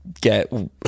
get